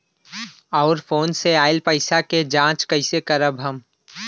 और फोन से आईल पैसा के जांच कैसे करब हम?